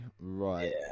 right